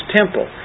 temple